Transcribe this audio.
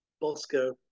Bosco